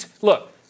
Look